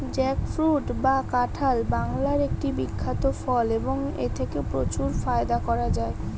jackfruit বা কাঁঠাল বাংলার একটি বিখ্যাত ফল এবং এথেকে প্রচুর ফায়দা করা য়ায়